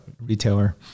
retailer